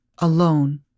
alone